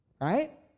right